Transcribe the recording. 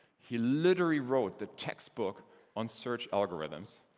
he literally wrote the textbook on search algorithms.